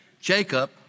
Jacob